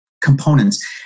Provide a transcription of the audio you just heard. components